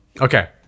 okay